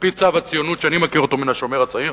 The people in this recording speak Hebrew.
על-פי צו הציונות שאני מכיר מן "השומר הצעיר",